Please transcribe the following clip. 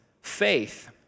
faith